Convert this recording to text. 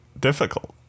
difficult